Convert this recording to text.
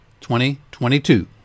2022